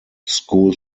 school